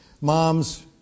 moms